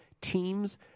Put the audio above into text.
teams